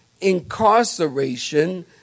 incarceration